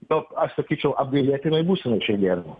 daug aš sakyčiau apgailėtinoj būsenoj šiandieną va